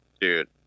Dude